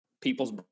people's